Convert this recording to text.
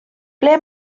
ble